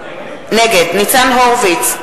נגד ניצן הורוביץ,